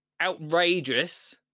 Outrageous